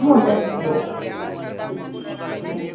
हमहुँ आर दे छियै अथी छियै ने